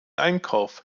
einkauf